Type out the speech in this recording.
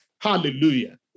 Hallelujah